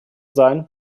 sein